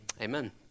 Amen